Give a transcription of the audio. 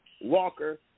Walker